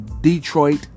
Detroit